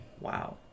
Wow